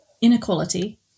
inequality